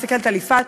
מסתכלת על יפעת,